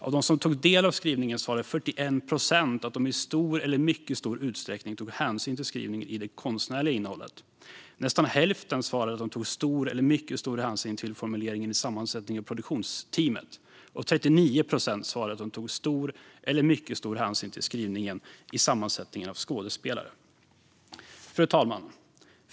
Av dem som tog del av skrivningen svarade 41 procent att de i stor eller mycket stor utsträckning tog hänsyn till skrivningen i det konstnärliga innehållet. Nästan hälften svarade att de tog stor eller mycket stor hänsyn till formuleringen i sammansättningen av produktionsteamet, och 39 procent svarade att de tog stor eller mycket stor hänsyn till skrivningen i sammansättningen av skådespelare. Fru talman!